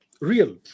real